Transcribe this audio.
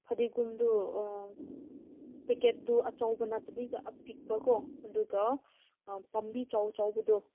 ꯐꯥꯗꯤꯒꯣꯝꯗꯨ ꯄꯦꯀꯦꯠꯇꯨ ꯑꯆꯧꯕ ꯅꯠꯇꯕꯤꯗ ꯑꯄꯤꯛꯄꯀꯣ ꯑꯗꯨꯒ ꯄꯥꯝꯕꯤ ꯆꯥꯎ ꯆꯥꯎꯕꯗꯣ